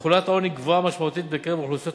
תחולת העוני גבוהה משמעותית בקרב אוכלוסיות